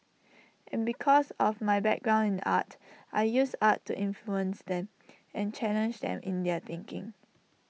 and because of my background in art I use art to influence them and challenge them in their thinking